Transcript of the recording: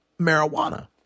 marijuana